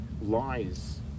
lies